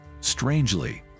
Strangely